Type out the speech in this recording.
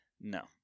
no